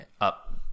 up